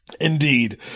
Indeed